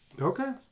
Okay